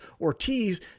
Ortiz